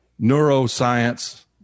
neuroscience